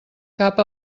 cap